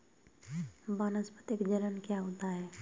वानस्पतिक जनन क्या होता है?